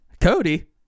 Cody